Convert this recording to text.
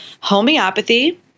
homeopathy